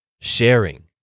sharing